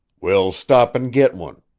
we'll stop and get one.